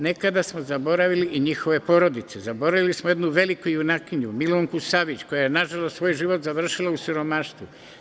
Nekada smo zaboravili i njihove porodice, zaboravili smo jednu veliku junakinju, Milunku Savić koja je nažalost svoj život završila u siromaštvu.